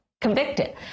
convicted